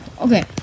Okay